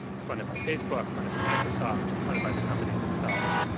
funded by facebook, funded by microsoft, funded by the companies themselves.